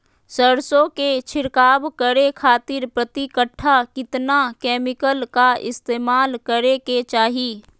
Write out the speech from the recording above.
सरसों के छिड़काव करे खातिर प्रति कट्ठा कितना केमिकल का इस्तेमाल करे के चाही?